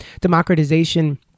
democratization